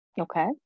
Okay